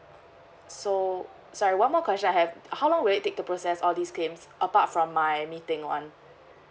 so sorry one more question I have how long will it take to process all these claims apart from my meeting one